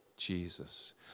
Jesus